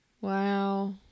Wow